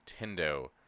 Nintendo